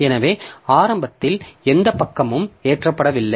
எனவே ஆரம்பத்தில் எந்த பக்கமும் ஏற்றப்படவில்லை